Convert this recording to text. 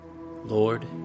Lord